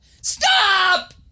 stop